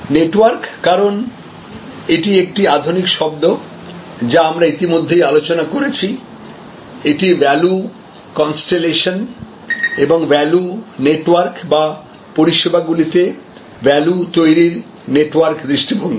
network কারণ এটি একটি আধুনিক শব্দ যা আমরা ইতিমধ্যে আলোচনা করেছি এটি ভ্যালু কনস্তেলেশন এবং ভ্যালু নেটওয়ার্ক বা পরিষেবাগুলিতে ভ্যালু তৈরির নেটওয়ার্ক দৃষ্টিভঙ্গি